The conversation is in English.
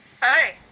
Hi